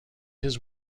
his